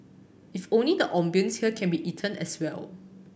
if only the ambience here can be eaten as well